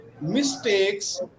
mistakes